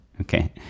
Okay